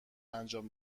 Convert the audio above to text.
انجام